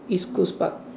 East Coast Park